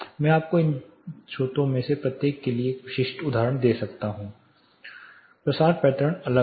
मैं आपको इन स्रोतों में से प्रत्येक के लिए विशिष्ट उदाहरण दे सकता हूं प्रसार पैटर्न अलग है